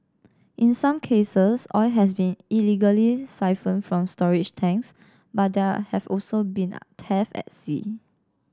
in some cases oil has been illegally siphoned from storage tanks but there have also been thefts at sea